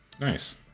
Nice